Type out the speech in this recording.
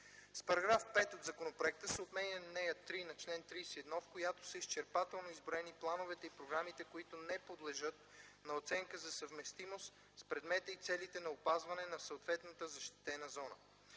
С § 5 от законопроекта се отменя ал. 3 на чл. 31, в която са изчерпателно изброени плановете и програмите, които не подлежат на оценка за съвместимост с предмета и целите на опазване на съответната защитена зона.